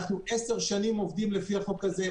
אנחנו 10 שנים עובדים לפי החוק הזה,